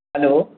hello